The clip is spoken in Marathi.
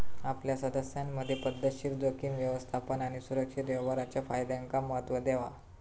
आपल्या सदस्यांमधे पध्दतशीर जोखीम व्यवस्थापन आणि सुरक्षित व्यवहाराच्या फायद्यांका महत्त्व देवा